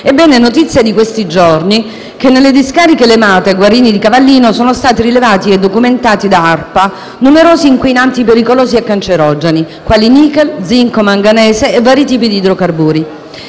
È notizia di questi giorni che nelle discariche Le Mate e Guarini di Cavallino sono stati rilevati e documentati da ARPA numerosi inquinanti pericolosi e cancerogeni, quali nichel, zinco, manganese e vari tipi di idrocarburi.